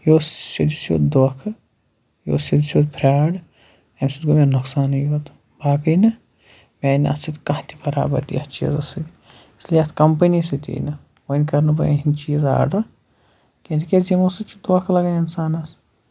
یہِ اوس سیدِ سیٚود دۄکھہٕ یہِ اوس سیدِ سیٚود فراڈ اَمہِ سۭتۍ گوٚو مےٚ نۄقصانٕے یوت باقٕے نہٕ مےٚ آیہِ نہٕ اَتھ سۭتۍ کانہہ تہِ برابٔدی اَتھ چیٖزَس سۭتۍ اس لیے اَتھ کَمپٔنی سۭتی نہٕ وۄنۍ کرٕ نہٕ بہٕ یِہندۍ چیٖز آرڈر کیٚنہہ تِکیازِ تِمو سۭتۍ چھُ دۄنکھہٕ لگان اِنسانَس